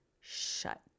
shut